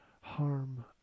harm